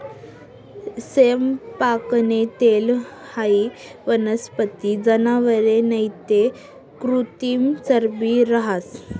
सैयपाकनं तेल हाई वनस्पती, जनावरे नैते कृत्रिम चरबी रहास